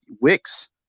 Wix